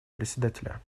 председателя